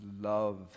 love